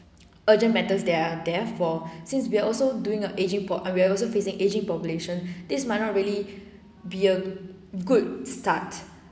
urgent matters there are therefore since we are also doing a ageing po~ we are also facing ageing population this might not really be a good start